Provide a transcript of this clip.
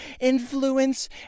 influence